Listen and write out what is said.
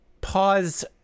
Pause